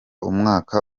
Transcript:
umwaka